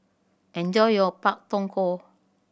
enjoy your Pak Thong Ko